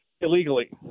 illegally